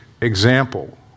example